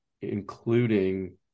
including